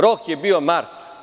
Rok je bio mart.